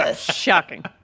shocking